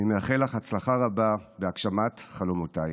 אני מאחל לך הצלחה רבה בהגשמת חלומותייך.